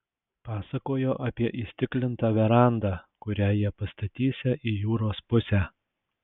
pasakojo apie įstiklintą verandą kurią jie pastatysią į jūros pusę